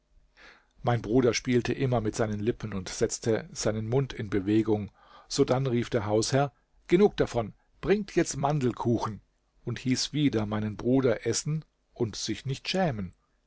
mein bruder spielte immer mit seinen lippen und setzte seinen mund in bewegung sodann rief der hausherr genug davon bringt jetzt mandelkuchen und hieß wieder meinen bruder essen und sich nicht schämen